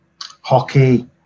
hockey